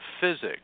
physics